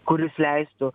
kuris leistų